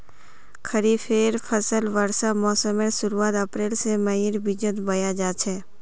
खरिफेर फसल वर्षा मोसमेर शुरुआत अप्रैल से मईर बिचोत बोया जाछे